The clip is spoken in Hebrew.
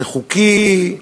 זה חוקי,